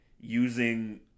using